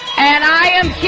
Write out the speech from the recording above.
and i am